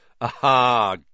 Aha